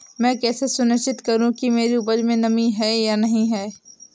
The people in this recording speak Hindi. मैं कैसे सुनिश्चित करूँ कि मेरी उपज में नमी है या नहीं है?